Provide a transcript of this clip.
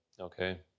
Okay